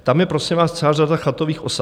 Tam je, prosím vás, celá řada chatových osad.